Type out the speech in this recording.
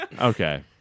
okay